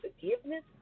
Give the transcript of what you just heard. forgiveness